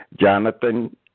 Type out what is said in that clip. Jonathan